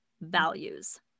values